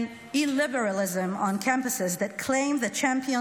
and illiberalism on campuses that claim to champion